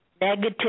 Negative